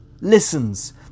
listens